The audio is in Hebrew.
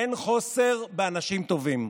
אין חוסר באנשים טובים,